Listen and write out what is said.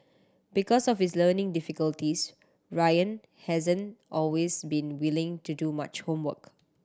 because of his learning difficulties Ryan hasn't always been willing to do much homework